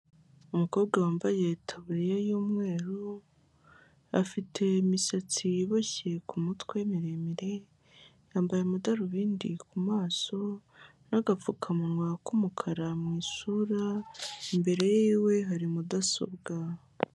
Umukobwa wambaye itaburiya y'umweru afite imisatsi iboshye ku mutwe miremire, yambaye amadarubindi ku maso n'agapfukamunwa k'umukara mu isura, imbere yiwe hari mudasobwa.